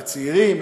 לצעירים,